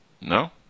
No